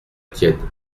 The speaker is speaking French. tienne